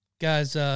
Guys